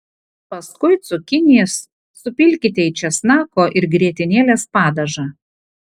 paskui cukinijas supilkite į česnako ir grietinėlės padažą